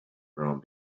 from